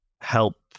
help